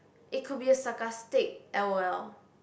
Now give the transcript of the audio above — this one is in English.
it could be a sarcastic L_O_L